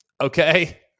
Okay